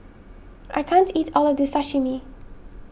I can't eat all of this Sashimi